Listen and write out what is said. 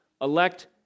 elect